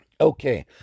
okay